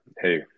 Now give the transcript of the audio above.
hey